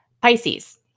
Pisces